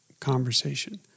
conversation